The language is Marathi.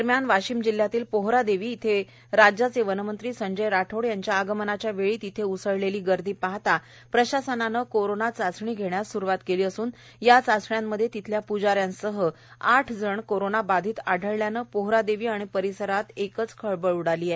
पोहरदेवी वाशीम जिल्ह्यातील पोहरादेवी येथे वनमंत्री संजय राठोड यांच्या आगमनाच्या वेळी तेथे उसळलेली गर्दी पाहता तेथे प्रशासनाने कोरोना चाचणी घेण्यास सुरुवात केली असून या चाचणी मध्ये तेथील पुजाऱ्यांसह आठ जण कोरोना बाधित आढळल्याने पोहरादेवी आणि परिसरात एकच खळबळ उडाली आहे